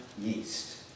yeast